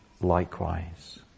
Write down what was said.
likewise